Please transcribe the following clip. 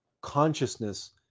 consciousness